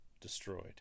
destroyed